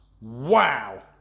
Wow